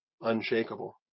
unshakable